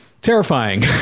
Terrifying